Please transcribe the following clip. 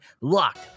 Locked